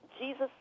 Jesus